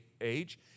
age